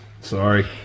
Sorry